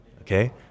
okay